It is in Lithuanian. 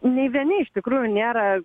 nei vieni iš tikrųjų nėra